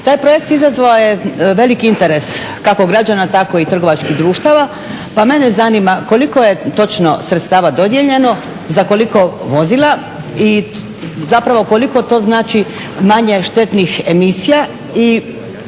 Taj projekt izazvao je velik interes kako građana tako i trgovačkih društava pa mene zanima koliko je točno sredstava dodijeljeno za koliko vozila i zapravo koliko to znači manje štetnih emisija